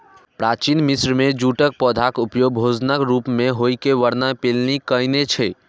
प्राचीन मिस्र मे जूटक पौधाक उपयोग भोजनक रूप मे होइ के वर्णन प्लिनी कयने छै